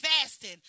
fasting